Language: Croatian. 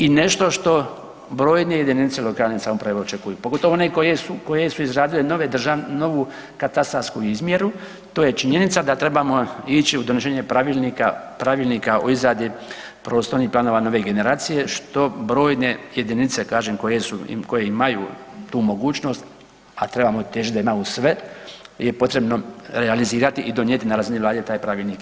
I nešto što brojne jedinice lokalne samouprave očekuju, pogotovo one koje su izradile novu katastarsku izmjeru, to je činjenica da trebamo ići u donošenje pravilnika o izradi prostornih planova nove generacije što brojne jedince kažem koje imaju tu mogućnost, a trebamo težiti da imaju sve je potrebno realizirati i donijeti na razini Vlade taj pravilnik.